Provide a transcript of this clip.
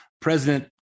president